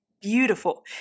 beautiful